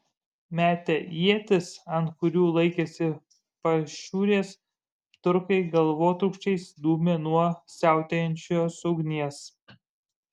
metę ietis ant kurių laikėsi pašiūrės turkai galvotrūkčiais dūmė nuo siautėjančios ugnies